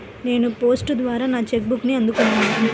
నేను పోస్ట్ ద్వారా నా చెక్ బుక్ని అందుకున్నాను